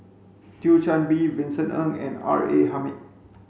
Thio Chan Bee Vincent Ng and R A Hamid